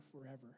forever